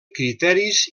criteris